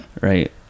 Right